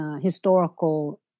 Historical